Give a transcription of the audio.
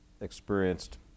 experienced